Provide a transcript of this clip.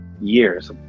years